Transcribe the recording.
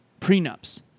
prenups